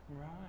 Right